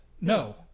No